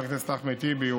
חבר הכנסת אחמד טיבי,